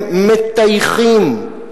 הם מטייחים.